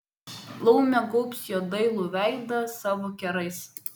laumė gaubs jo dailų veidą savo kerais